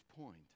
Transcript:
point